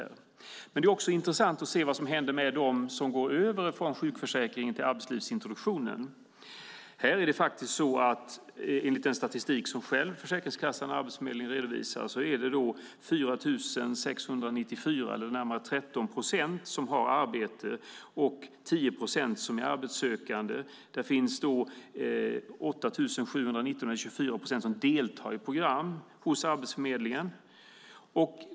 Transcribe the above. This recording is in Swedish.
Det är också intressant att se vad som händer med dem som går över från sjukförsäkringen till arbetslivsintroduktionen. Enligt den statistik som Försäkringskassan och Arbetsförmedlingen själva redovisar är det 4 694, närmare 13 procent, som har arbete och 10 procent som är arbetssökande. Det finns 8 719, 24 procent, som deltar i program hos Arbetsförmedlingen.